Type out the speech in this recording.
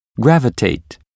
gravitate